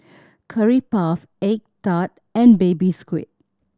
Curry Puff egg tart and Baby Squid